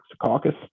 Caucus